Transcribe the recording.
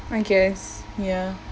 I guess ya